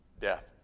Death